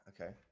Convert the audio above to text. Okay